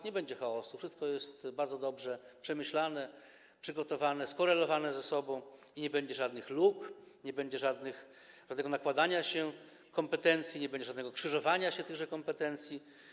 Nie będzie chaosu, wszystko jest bardzo dobrze przemyślane, przygotowane, skorelowane ze sobą i nie będzie żadnych luk, nie będzie żadnego nakładania się kompetencji, nie będzie żadnego krzyżowania się tychże kompetencji.